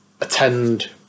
attend